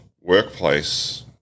workplace